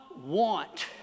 want